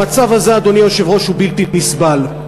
אדוני היושב-ראש, המצב הזה בלתי נסבל.